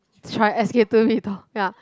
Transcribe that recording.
try S_K two ya